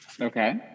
Okay